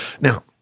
Now